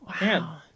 wow